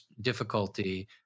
difficulty